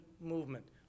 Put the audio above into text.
movement